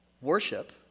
Worship